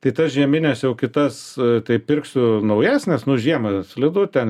tai tas žiemines jau kitas tai pirksiu naujas nes nu žiemą slidu ten